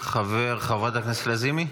חברת הכנסת לזימי, מוותרת.